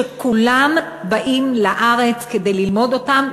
שכולם באים לארץ כדי ללמוד אותם,